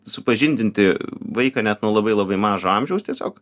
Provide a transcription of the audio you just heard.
supažindinti vaiką net nuo labai labai mažo amžiaus tiesiog